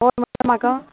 होय म्हुटल्या म्हाका